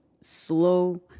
slow